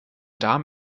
darm